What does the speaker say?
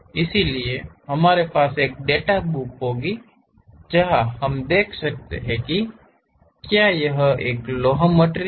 इसलिए हमारे पास एक डेटा बुक होगी जहां हम देख सकते हैं कि क्या यह एक लौह मटिरियल है